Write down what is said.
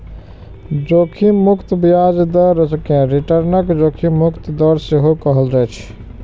जोखिम मुक्त ब्याज दर कें रिटर्नक जोखिम मुक्त दर सेहो कहल जाइ छै